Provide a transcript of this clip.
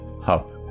Hub